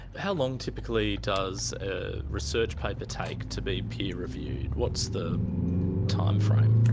how long, typically, does a research paper take to be peer-reviewed? what's the timeframe?